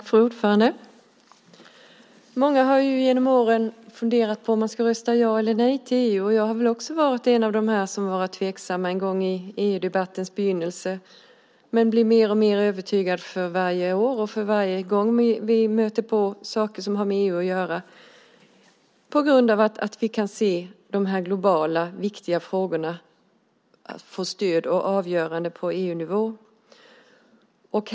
Fru talman! Många har genom åren funderat på om de ska rösta ja eller nej till EU. Jag är väl också en av dem som varit tveksamma en gång i EU-debattens begynnelse. Men jag blir mer och mer övertygad för varje år som går och för varje gång vi möter saker som har med EU att göra. Vi kan se de globala viktiga frågorna och få stöd och avgörande på EU-nivå.